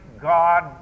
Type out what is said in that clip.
God